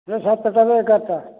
ସେ ସାତଟା ରୁ ଏଗାରଟା